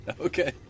Okay